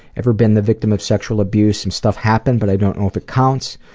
ever been the victim of sexual abuse some stuff happened but i don't know if it counts.